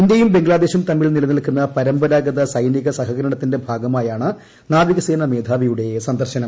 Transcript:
ഇന്ത്യയും ബംഗ്ലാദേശും തമ്മിൽ നിലനിൽക്കുന്ന പരമ്പരാഗത സൈനിക സഹകരണത്തിന്റെ ഭാഗമായാണ് നാവികസേനാ മേധാവിയുടെ സന്ദർശനം